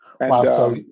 Wow